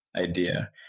idea